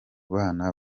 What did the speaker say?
bana